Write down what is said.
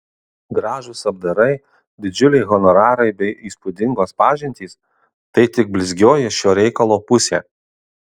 gražūs apdarai didžiuliai honorarai bei įspūdingos pažintys tai tik blizgioji šio reikalo pusė